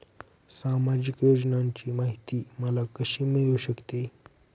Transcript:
सामाजिक योजनांची माहिती मला कशी मिळू शकते?